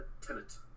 tenant